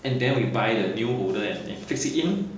and then we buy the new holder and fix it in